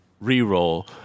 re-roll